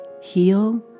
heal